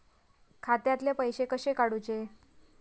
खात्यातले पैसे कसे काडूचे?